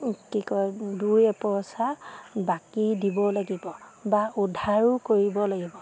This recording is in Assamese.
কি কয় দুই এপইচা বাকী দিব লাগিব বা উদ্ধাৰো কৰিব লাগিব